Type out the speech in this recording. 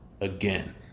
again